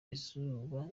izuba